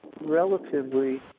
relatively